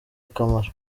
akamaro